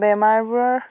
বেমাৰবোৰৰ